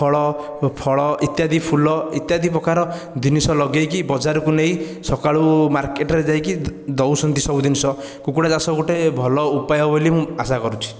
ଫଳ ଫଳ ଇତ୍ୟାଦି ଫୁଲ ଇତ୍ୟାଦି ପ୍ରକାର ଜିନିଷ ଲଗାଇକି ବଜାରକୁ ନେଇ ସକାଳୁ ମାର୍କେଟରେ ଯାଇକି ଦେଉଛନ୍ତି ସବୁ ଜିନିଷ କୁକୁଡ଼ା ଚାଷ ଗୋଟିଏ ଭଲ ଉପାୟ ବୋଲି ମୁଁ ଆଶା କରୁଛି